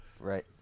Right